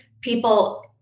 People